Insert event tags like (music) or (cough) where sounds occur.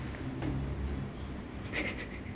(laughs)